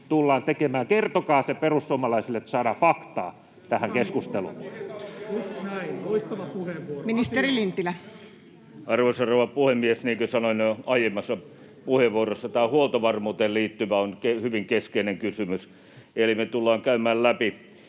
tullaan tekemään? Kertokaa se perussuomalaisille, että saadaan faktaa tähän keskusteluun. [Juha Mäenpää: Ohisalokin voi vastata!] Ministeri Lintilä. Arvoisa rouva puhemies! Niin kuin sanoin jo aiemmassa puheenvuorossani, tämä on huoltovarmuuteen liittyvä hyvin keskeinen kysymys, eli me tullaan nyt